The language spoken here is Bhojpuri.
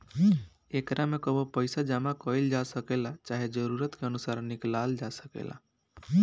एकरा में कबो पइसा जामा कईल जा सकेला, चाहे जरूरत के अनुसार निकलाल जा सकेला